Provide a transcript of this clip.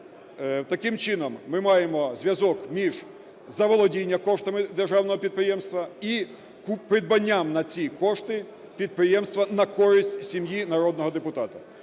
Таким чином, ми маємо зв'язок між заволодіння коштами державного підприємства і придбанням на ці кошти підприємства на користь сім'ї народного депутата.